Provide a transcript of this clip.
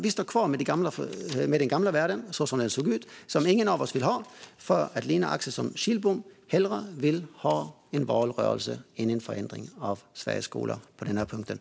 Vi står kvar med den gamla världen som den ser ut och som ingen vill ha för att Lina Axelsson Kihlblom hellre vill ha en valrörelse än en förändring av Sveriges skolor på den här punkten.